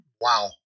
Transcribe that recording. wow